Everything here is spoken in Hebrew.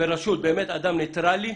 בראשות אדם ניטראלי.